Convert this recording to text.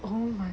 oh my